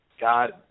God